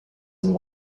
and